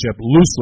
loosely